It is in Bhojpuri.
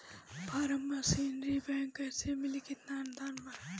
फारम मशीनरी बैक कैसे मिली कितना अनुदान बा?